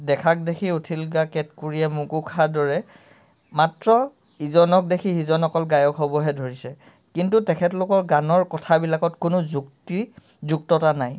দেখাক দেখি উঠিল গা কেতকুৰিয়ে মোকো খা দৰে মাত্ৰ ইজনক দেখি সিজন অকল গায়ক হ'বহে ধৰিছে কিন্তু তেখেতলোকৰ গানৰ কথাবিলাকত কোনো যুক্তি যুক্ততা নাই